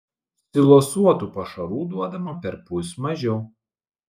silosuotų pašarų duodama perpus mažiau